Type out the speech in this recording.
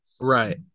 Right